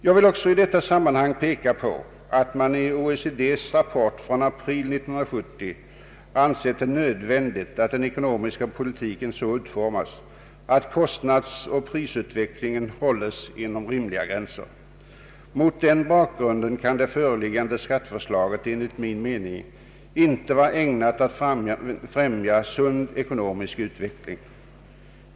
Jag vill också i detta sammanhang påpeka att man i OECD:s rapport från april 1970 ansett det nödvändigt att den ekonomiska politiken så utformas att kostnadsoch prisutvecklingen hålls inom rimliga gränser. Mot den bakgrunden kan det föreliggande skatteförslaget enligt min mening inte vara ägnat att främja sund ekonomisk utveckling.